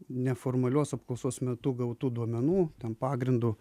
neformalios apklausos metu gautų duomenų pagrindu